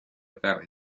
about